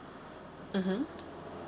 mmhmm